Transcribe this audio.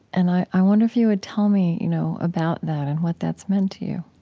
and i i wonder if you would tell me, you know, about that and what that's meant to you